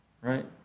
right